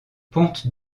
ponte